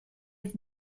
its